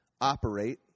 operate